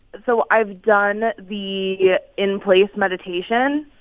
so i've done the yeah in-place meditation.